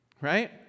Right